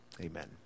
Amen